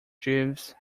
jeeves